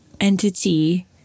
entity